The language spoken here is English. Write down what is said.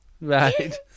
Right